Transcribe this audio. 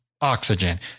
oxygen